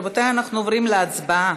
רבותי, אנחנו עוברים להצבעה.